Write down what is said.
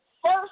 First